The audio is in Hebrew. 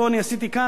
כחוק פרטי שלי,